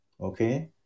okay